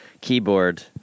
keyboard